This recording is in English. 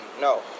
No